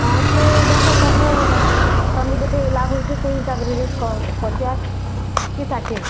ହଁ ତ ଦେଖ ତୁମେ ତୁମେ ଯେତେ ଲାଭ୍ ହେଉଛୁ ସେଇ ହିସାବରେ ରେଟ୍ କହ ପଚାଶ କି ଷାଠିଏ